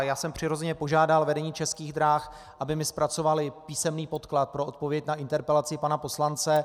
Já jsem přirozeně požádal vedení Českých drah, aby mi zpracovalo písemný podklad pro odpověď na interpelaci pana poslance.